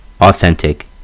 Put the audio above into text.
authentic